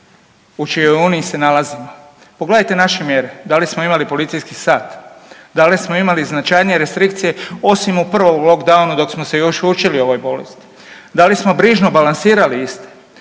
u čijoj Uniji se nalazimo, pogledajte naše mjere, da li smo imali policijski sat? Da li smo imali značajnije restrikcije, osim u prvom lockdownu dok smo se još učili ovoj bolesti. Da li smo brižno balansirali iste?